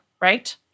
right